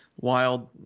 Wild